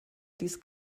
dies